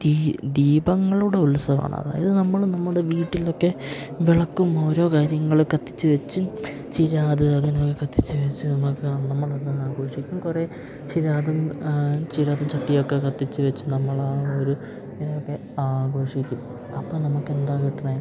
ദീ ദീപങ്ങളുടെ ഉത്സവമാണ് അതായത് നമ്മൾ നമ്മുടെ വീട്ടിലൊക്കെ വിളക്കും ഓരോ കാര്യങ്ങൾ കത്തിച്ച് വെച്ചും ചിരാത് അങ്ങനെ കത്തിച്ച് വെച്ച് നമുക്ക് നമ്മളത് ആഘോഷിക്കും കുറേ ചിരാതും ചിരാത് ചട്ടിയൊക്കെ കത്തിച്ച് വെച്ച് നമ്മളാ ഒരു ന്പേ ആഘോഷിക്കും അപ്പം നമുക്കെന്താ കിട്ടണെ